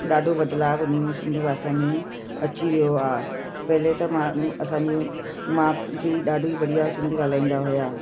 ॾाढो बदलाव इन्हीअ में सिंधी भाषा में अची वियो आहे पहले त माण्हू असांजो माउ पीउ ॾाढी बढ़िया सिंधी ॻाल्हाईंदा हुया